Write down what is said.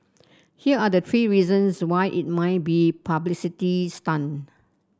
here are the three reasons why it might be publicity stunt